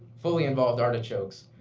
fully-involved artichokes.